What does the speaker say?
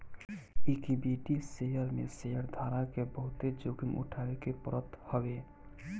equity share में शेयरधारक के बहुते जोखिम उठावे के पड़त हवे